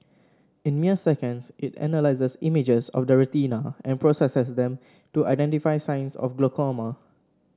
in mere seconds it analyses images of the retina and processes them to identify signs of glaucoma